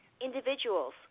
individuals